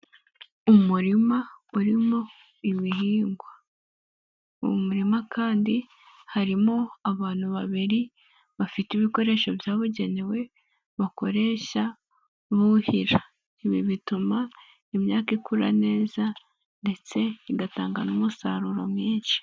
Umurima urimo ibihingwa mu murima kandi harimo abantu babiri bafite ibikoresho byabugenewe, bakoresha buhira. Ibi bituma imyaka igura neza ndetse igatanga n'umusaruro mwinshi.